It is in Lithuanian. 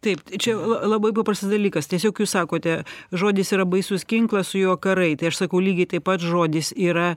taip čia a labai paprastas dalykas tiesiog jūs sakote žodis yra baisus ginklas su juo karai tai aš sakau lygiai taip pat žodis yra